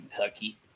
Kentucky